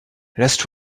rest